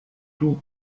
tout